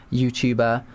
YouTuber